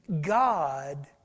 God